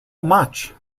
much